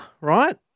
right